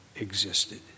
existed